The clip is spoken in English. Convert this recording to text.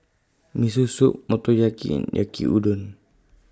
Miso Soup Motoyaki Yaki Udon